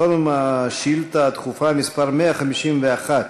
קודם שאילתה דחופה מס' 151,